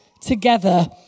together